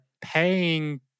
paying